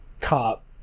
top